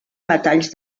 metalls